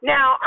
Now